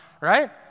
right